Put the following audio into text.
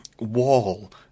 wall